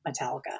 Metallica